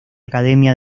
academia